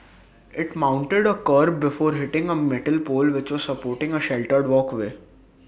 IT mounted A kerb before hitting A metal pole which was supporting A sheltered walkway